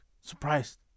surprised